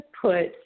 put